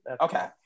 Okay